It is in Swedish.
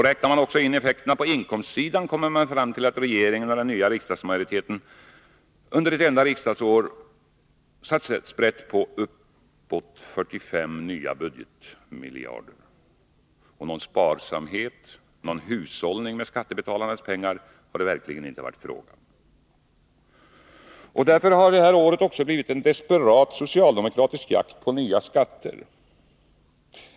Räknar man också in effekter på inkomstsidan, kommer man fram till att regeringen och den nya riksdagsmajoriteten under ett enda riksdagsår satt sprätt på uppåt 45 nya budgetmiljarder. Någon sparsamhet, någon hushållning med skattebetalarnas pengar har det verkligen inte varit fråga om. Därför har det det här året också blivit en desperat socialdemokratisk jakt på nya skatter.